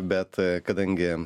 bet kadangi